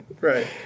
right